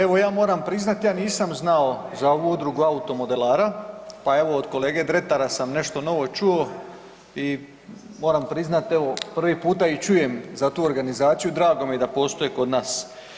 Evo, ja moram priznati, ja nisam znao za ovu udrugu automodelara, pa evo od kolege Dretara sam nešto novo čuo i moramo priznati evo, prvi puta i čujem za tu organizaciju, drago mi je da postoji kod nas.